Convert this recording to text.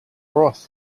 broth